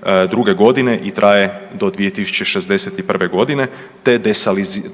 1962. godine i traje do 2061. godine te